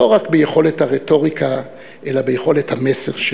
לא רק ביכולת הרטוריקה אלא ביכולת המסר שלו.